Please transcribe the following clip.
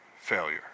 failure